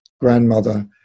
grandmother